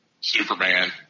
Superman